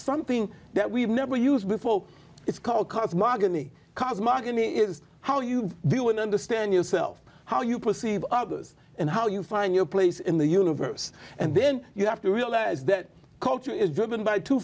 something that we've never used before it's called cosmogony cause mockingly is how you do and understand yourself how you perceive others and how you find your place in the universe and then you have to realize that culture is driven by two